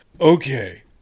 Okay